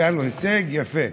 היה לו הישג יפה.